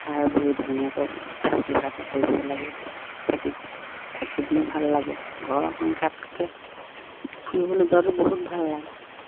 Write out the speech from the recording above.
খাই বৈ ধুনীয়াকৈ ফূৰ্তি ফাৰ্তা কৰিব লাগে থাকি থাকিবলৈয়ো ভাল লাগে ঘৰৰ সংকাতকৈ ফুৰিবলৈ যোৱাটো বহুত ভাল লাগে